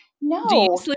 No